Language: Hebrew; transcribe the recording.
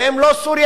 ואם לא סוריה,